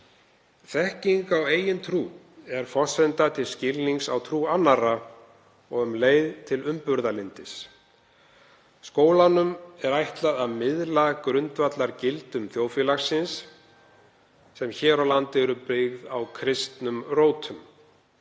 Þekking á eigin trú er forsenda til skilnings á trú annarra og leið til umburðarlyndis. Skólanum er ætlað að miðla grundvallargildum þjóðfélagsins, sem hér á landi eru byggð á kristnum rótum.